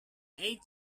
eight